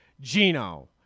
Gino